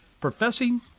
professing